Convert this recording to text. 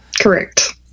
Correct